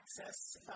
access